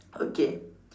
okay